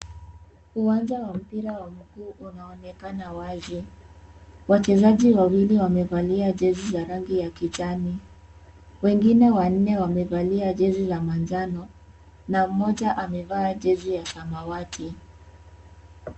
Uwanja wa mpira wa mguu unaonekana wazi, wachezaji wawili wamevalia jezi za rangi ya kijani, wengine wanne wamevalia jezi za manjano na mmoja amevaa jezi ya samawati.